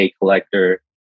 collector